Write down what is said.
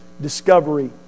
discovery